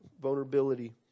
vulnerability